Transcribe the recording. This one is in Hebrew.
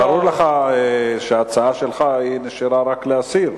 ברור לך שההצעה שנשארה לך היא רק להסיר.